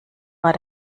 war